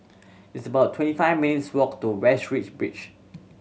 it's about twenty five minutes' walk to Westridge beach